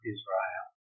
Israel